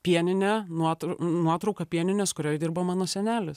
pieninė nuotr nuotrauka pieninės kurioj dirbo mano senelis